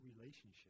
relationship